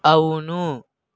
అవును